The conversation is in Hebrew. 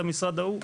למשרד ההוא.